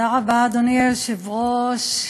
אדוני היושב-ראש,